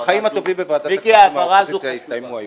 החיים הטובים בוועדת הכספים עם האופוזיציה הסתיימו היום,